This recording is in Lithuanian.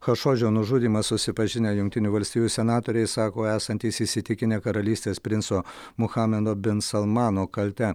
chašodžio nužudymą susipažinę jungtinių valstijų senatoriai sako esantys įsitikinę karalystės princo muhamedo bin salmano kalte